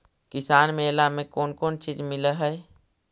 किसान मेला मे कोन कोन चिज मिलै है?